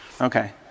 Okay